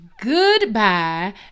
Goodbye